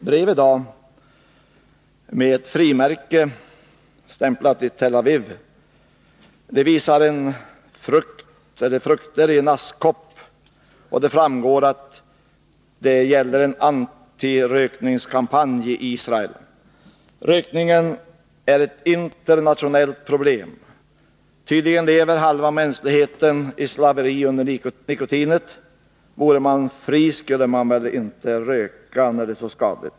Herr talman! Jag fick ett brev i dag med ett frimärke stämplat i Tel Aviv. Det visar frukter i en askkopp, och det gäller en antirökningskampanj i Israel. Rökningen är ett internationellt problem. Tydligen lever halva mänskligheten i slaveri under nikotinet. Vore man fri, skulle man väl inte röka, när det är så skadligt.